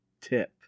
tip